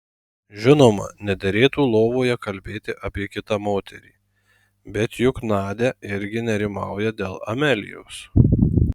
žinoma nederėtų lovoje kalbėti apie kitą moterį bet juk nadia irgi nerimauja dėl amelijos